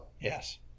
Yes